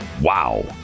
Wow